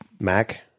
Mac